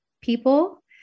people